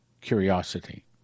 curiosity